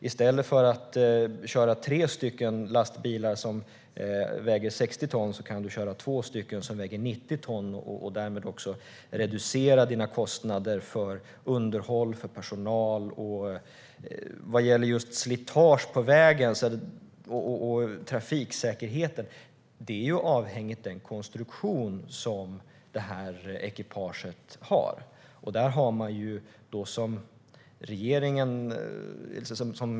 I stället för att köra tre lastbilar som väger 60 ton kan du köra två lastbilar som väger 90 ton och därmed också reducera dina kostnader för underhåll och personal. Vad gäller slitaget på vägen och trafiksäkerheten är det avhängigt ekipagets konstruktion.